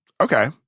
Okay